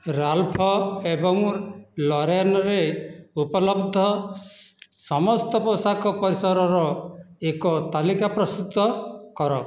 Ralph ଏବଂ ଲରେନ୍ରେ ଉପଲବ୍ଧ ସମସ୍ତ ପୋଷାକ ପରିସରର ଏକ ତାଲିକା ପ୍ରସ୍ତୁତ କର